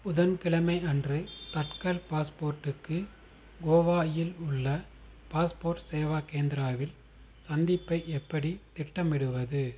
புதன்கிழமை அன்று தட்கல் பாஸ்போர்ட்டுக்கு கோவா இல் உள்ள பாஸ்போர்ட் சேவா கேந்திராவில் சந்திப்பை எப்படி திட்டமிடுவது